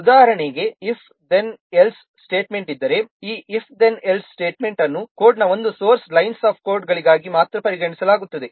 ಉದಾಹರಣೆಗೆ if then else statement ಇದ್ದರೆ ಈ if then else ಸ್ಟೇಟ್ಮೆಂಟ್ ಅನ್ನು ಕೋಡ್ನ ಒಂದು ಸೋರ್ಸ್ ಲೈನ್ಸ್ ಆಫ್ ಕೋಡ್ಗಳಾಗಿ ಮಾತ್ರ ಪರಿಗಣಿಸಲಾಗುತ್ತದೆ